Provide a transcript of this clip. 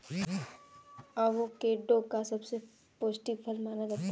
avocado को सबसे पौष्टिक फल माना जाता है